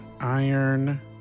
iron